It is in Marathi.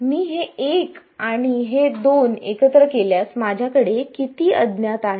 मी हे 1 आणि हे 2 एकत्र केल्यास माझ्याकडे किती अज्ञात आहेत